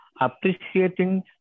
appreciating